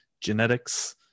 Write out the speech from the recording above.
genetics